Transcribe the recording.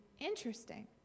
Interesting